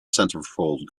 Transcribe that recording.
centerfold